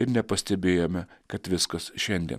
ir nepastebėjome kad viskas šiandien